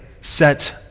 set